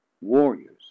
Warriors